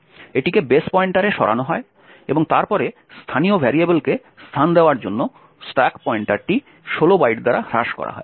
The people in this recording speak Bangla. এটিকে বেস পয়েন্টারে সরানো হয় এবং তারপরে স্থানীয় ভেরিয়েবলকে স্থান দেওয়ার জন্য স্ট্যাক পয়েন্টারটি 16 বাইট দ্বারা হ্রাস করা হয়